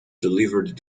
delivered